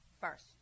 first